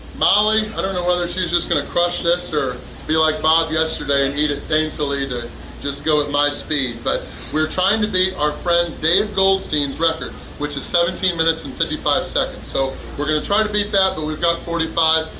molly i don't know whether she's just gonna crush this or be like bob yesterday and eat it daintily to just go with my speed, but we're trying to beat our friend dave goldstein's record which is seventeen minutes and fifty five seconds, so we're going to try to beat that but we've got forty five.